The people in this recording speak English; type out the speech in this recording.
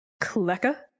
Kleka